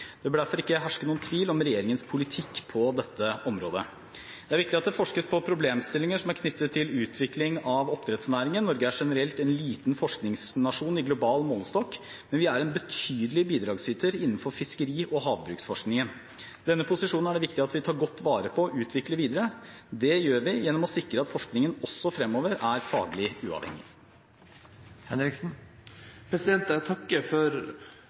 Det bør derfor ikke herske noen tvil om regjeringens politikk på dette området. Det er viktig at det forskes på problemstillinger som er knyttet til utvikling av oppdrettsnæringen. Norge er generelt en liten forskningsnasjon i global målestokk, men vi er en betydelig bidragsyter innenfor fiskeri- og havbruksforskningen. Denne posisjonen er det viktig at vi tar godt vare på og utvikler videre. Det gjør vi gjennom å sikre at forskningen også fremover er faglig uavhengig. Jeg takker for